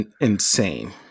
insane